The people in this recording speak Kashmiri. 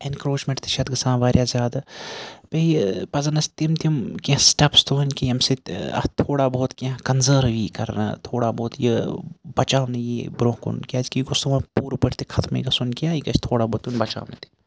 ایٚنکروچمیٚنٹ تہِ چھِ اتھ گَژھان واریاہ زیادٕ بیٚیہِ پَزَن اَسہِ تِم تِم کینٛہہ سٹیٚپٕس تُلٕنۍ کہِ ییٚمہِ سۭتۍ اتھ تھوڑا بہت کینٛہہ کَنزٲرٕو یی کَرنہٕ تھوڑا بہت یہِ بَچاونہٕ یی برونٛہہ کُن کیازِ کہِ یہِ گوٚژھ نہٕ وۄنۍ پوٗرٕ پٲٹھۍ تہِ ختمٕے گَژھُن کینٛہہ یہِ گَژھِ تھوڑا بہت یُن بَچاونہٕ تہِ